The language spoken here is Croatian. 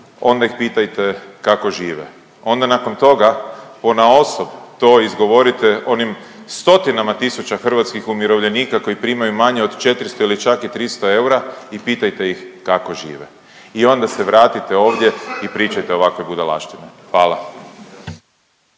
onda ih pitajte kako žive, onda nakon toga ponaosob to izgovorite onim stotinama tisuća hrvatskih umirovljenika koji primaju manje od 400 ili čak i 300 eura i pitajte ih kako žive i onda se vratite ovdje i pričajte ovakve budalaštine. Hvala.